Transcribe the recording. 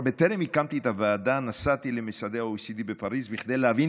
בטרם הקמתי את הוועדה נסעתי למשרדי ה-OECD בפריז כדי להבין